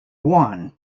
won